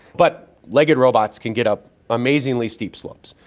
but legged robots can get up amazingly steep slopes.